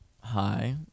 Hi